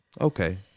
Okay